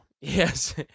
Yes